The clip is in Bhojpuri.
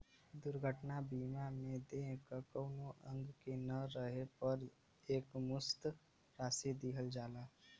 दुर्घटना बीमा में देह क कउनो अंग के न रहे पर एकमुश्त राशि दिहल जाला